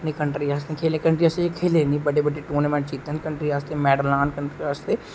अपनी कंट्री आस्तै नेईं खेले नेईं जे बडे बडे़ टूर्नामेंट कंट्री आस्ते मेडल आनङ